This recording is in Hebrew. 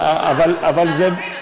אני מנסה להבין.